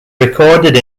recorded